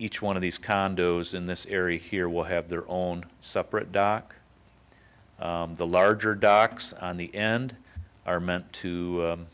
each one of these condos in this area here will have their own separate dock the larger docks on the end are meant to